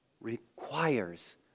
requires